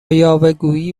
یاوهگویی